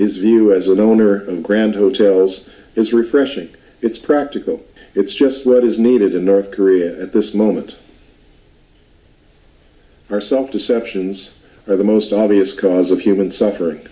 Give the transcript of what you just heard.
his view as an owner of grand hotels is refreshing it's practical it's just what is needed in north korea at this moment are self deceptions are the most obvious cause of human suffering